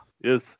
Yes